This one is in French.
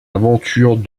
aventures